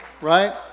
Right